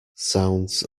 sounds